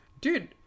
Dude